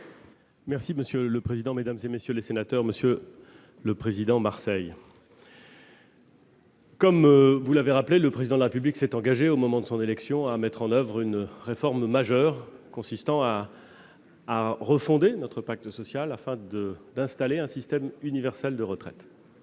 ? La parole est à M. le Premier ministre. Monsieur le président Marseille, comme vous l'avez rappelé, le Président de la République s'est engagé, au moment de son élection, à mettre en oeuvre une réforme majeure consistant à refonder notre pacte social, afin d'installer un système universel de retraite.